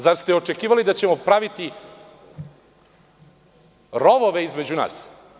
Zar ste očekivali da ćemo praviti rovove između nas?